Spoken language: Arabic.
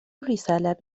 الرسالة